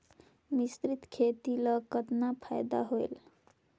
मिश्रीत खेती ल कतना फायदा होयल?